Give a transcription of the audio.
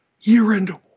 year-end